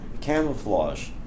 Camouflage